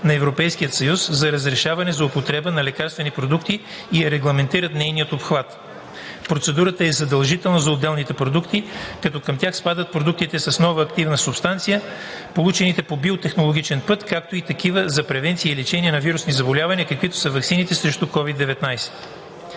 на Европейския съюз за разрешаване за употреба на лекарствени продукти и е регламентиран нейният обхват. Процедурата е задължителна за определени продукти, като към тях спадат продуктите с нова активна субстанция, получените по биотехнологичен път, както и такива за превенция и лечение на вирусни заболявания, каквито са ваксините срещу COVID-19.